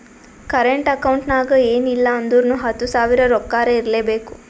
current account ನಾಗ್ ಎನ್ ಇಲ್ಲ ಅಂದುರ್ನು ಹತ್ತು ಸಾವಿರ ರೊಕ್ಕಾರೆ ಇರ್ಲೆಬೇಕು